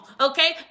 okay